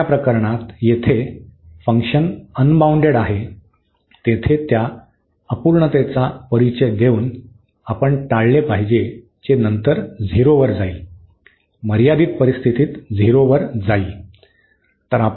दुसर्या प्रकरणात जेथे फंक्शन अनबाउंडेड आहे तेथे त्या अपूर्णतेचा परिचय देऊन आपण टाळले पाहिजे जे नंतर 0 वर जाईल मर्यादित परिस्थितीत 0 वर जाईल